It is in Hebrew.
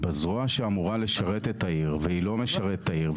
בזרוע שאמורה לשרת את העיר והיא לא משרתת את העיר,